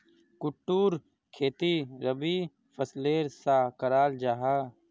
कुट्टूर खेती रबी फसलेर सा कराल जाहा